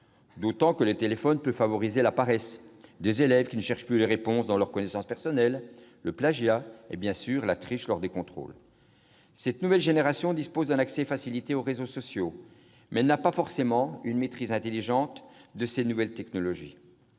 outre, elle peut favoriser la paresse- les élèves ne cherchant plus les réponses dans leurs connaissances personnelles -, le plagiat et, bien sûr, la « triche » lors des contrôles. La nouvelle génération dispose d'un accès facilité aux réseaux sociaux sans avoir forcément une maîtrise intelligente de ces nouvelles technologies.